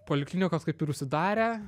poliklinikos kaip ir užsidarę